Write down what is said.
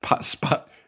spot